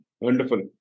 Wonderful